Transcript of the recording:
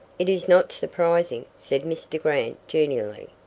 it is not surprising, said mr. grant, genially.